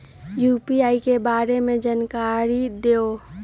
UPI के बारे में जानकारी दियौ?